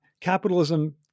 capitalism